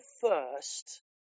first